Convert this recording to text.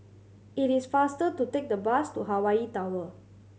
it is faster to take the bus to Hawaii Tower